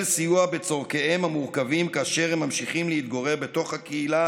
סיוע בצורכיהם המורכבים כאשר הם ממשיכים להתגורר בתוך הקהילה,